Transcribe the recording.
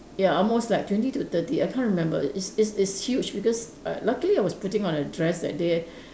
ya almost like twenty to thirty I can't remember it's it's it's huge because uh luckily I was putting on a dress that day